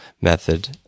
method